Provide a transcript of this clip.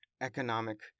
economic